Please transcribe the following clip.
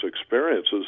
experiences